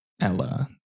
Ella